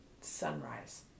sunrise